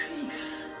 peace